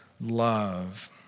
love